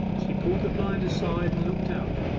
she pulled the blind aside and looked out.